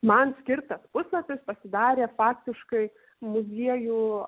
man skirtas puslapis pasidarė faktiškai muziejų